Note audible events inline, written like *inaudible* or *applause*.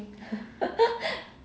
*laughs*